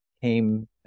came